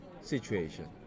situation